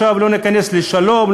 לא ניכנס לשלום,